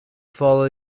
follow